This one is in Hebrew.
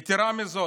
יתרה מזאת,